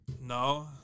No